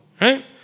Right